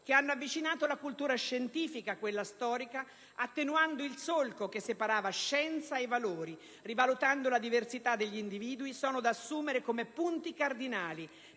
che hanno avvicinato la cultura scientifica a quella storica, attenuando il solco che separava scienza e valori, rivalutando la diversità degli individui, sono da assumere come punti cardinali